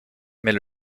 mais